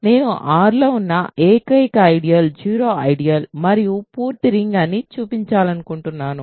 నేను R లో ఉన్న ఏకైక ఐడియల్ 0 ఐడియల్ మరియు పూర్తి రింగ్ అని చూపించాలనుకుంటున్నాను